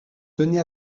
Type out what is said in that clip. tenez